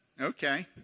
okay